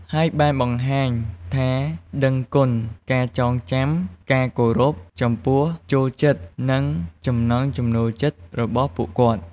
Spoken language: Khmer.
ហើយបានបង្ហាញថាដឺងគុណ ការចងចាំ ការគោរព ចំពោះចូលចិត្តនិងចំណង់ចំណូលចិត្តរបស់ពួកគាត់។